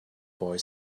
boy